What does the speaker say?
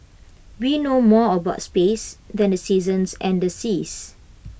we know more about space than the seasons and the seas